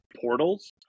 portals